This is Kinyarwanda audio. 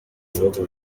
bihugu